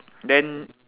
then